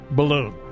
balloon